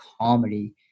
comedy